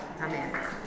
Amen